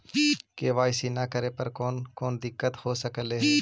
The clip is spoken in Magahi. के.वाई.सी न करे पर कौन कौन दिक्कत हो सकले हे?